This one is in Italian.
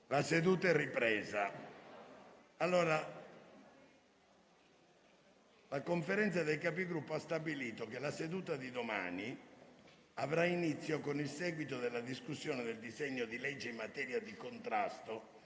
una nuova finestra"). La Conferenza dei Capigruppo ha stabilito che la seduta di domani avrà inizio con il seguito della discussione del disegno di legge in materia di contrasto